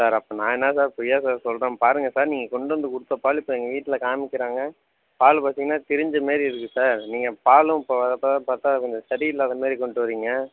sir அப்போ நான் என்ன சார் பொய்யாக சார் சொல்லுறேன் பாருங்கள் சார் நீங்கள் கொண்டு வந்து கொடுத்த பால் இப்போ எங்கள் வீட்டில் காமிக்கிறாங்க பால் பார்த்தீங்கன்னா திரிஞ்ச மாரி இருக்கு சார் நீங்கள் பாலும் இப்போ வரப்போ பார்த்தா கொஞ்சம் சரி இல்லாத மாரி கொண்டு வரீங்க